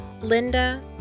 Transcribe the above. Linda